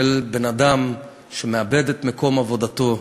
של בן-אדם שמאבד את מקום עבודתו,